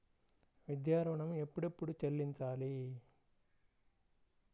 విద్యా ఋణం ఎప్పుడెప్పుడు చెల్లించాలి?